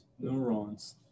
neurons